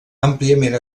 àmpliament